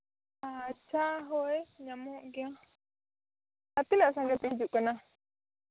ᱟᱪᱪᱷᱟ ᱦᱳᱭ ᱧᱟᱢᱚᱜ ᱜᱮᱭᱟ ᱟᱨ ᱛᱤᱱᱟᱹᱜ ᱥᱟᱸᱜᱮ ᱯᱮ ᱦᱤᱡᱩᱜ ᱠᱟᱱᱟ